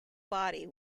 body